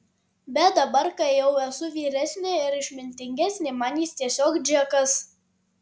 bet dabar kai jau esu vyresnė ir išmintingesnė man jis tiesiog džekas